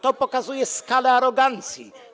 To pokazuje skalę arogancji.